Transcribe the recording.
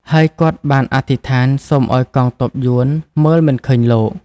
ហើយគាត់បានអធិដ្ឋានសូមឲ្យកងទ័ពយួនមើលមិនឃើញលោក។